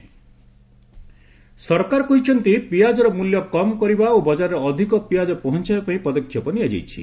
onion stock limit ସରକାର କହିଛନ୍ତି ପିଆଜର ମୂଲ୍ୟ କମ୍ କରିବା ଓ ବଜାରରେ ଅଧିକ ପିଆଜ ପହଞ୍ଚାଇବା ପାଇଁ ପଦକ୍ଷେପ ନିଆଯାଇଛି